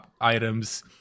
items